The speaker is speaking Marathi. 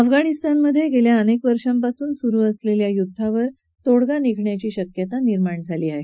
अफगाणिस्तानमध्ये अनेक वर्षांपासून सुरु असलेल्या युद्धावर तोडगा निघण्याची शक्यता निर्माण झाली आहे